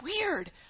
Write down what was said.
weird